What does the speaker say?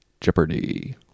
jeopardy